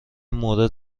مورد